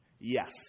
yes